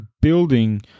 building